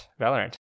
valorant